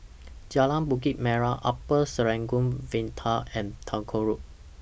Jalan Bukit Merah Upper Serangoon Viaduct and Tagore Road